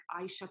Aisha